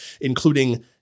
including